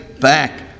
back